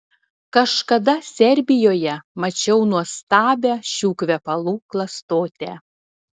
kažkada serbijoje mačiau nuostabią šių kvepalų klastotę